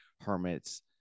hermits